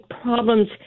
problems